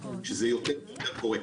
שזה יותר ויותר קורה.